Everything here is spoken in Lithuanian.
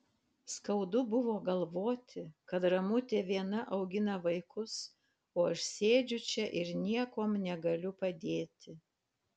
skaudu buvo galvoti kad ramutė viena augina vaikus o aš sėdžiu čia ir niekuom negaliu padėti